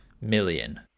million